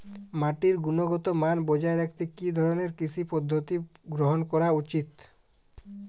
মাটির গুনগতমান বজায় রাখতে কি ধরনের কৃষি পদ্ধতি গ্রহন করা উচিৎ?